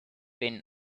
been